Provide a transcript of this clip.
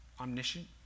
omniscient